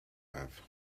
have